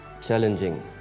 challenging